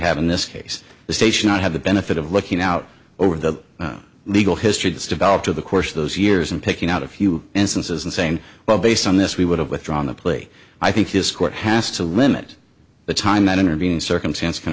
have in this case the station not have the benefit of looking out over the legal history developed of the course of those years and picking out a few instances and saying well based on this we would have withdrawn the plea i think this court has to limit the time that intervening circumstance can